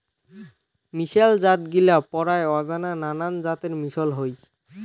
মিশাল জাতগিলা পরায় অজানা নানান জাতের মিশল হই